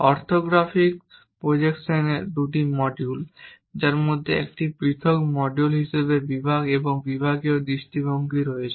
orthographic প্রজেকশনের 2টি module যার মধ্যে একটি পৃথক মডিউল হিসাবে বিভাগ এবং বিভাগীয় দৃষ্টিভঙ্গি রয়েছে